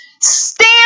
stand